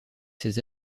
ses